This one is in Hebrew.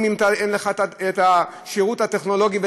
תנו לחברת הכנסת בבקשה להמשיך